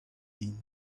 been